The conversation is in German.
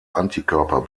antikörper